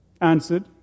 answered